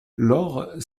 lors